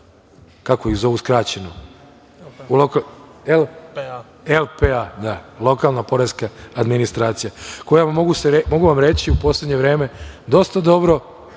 kako ih zovu skraćeno, LPA, lokalna poreska administracija, koja, mogu vam reći, u poslednje vreme dosta dobro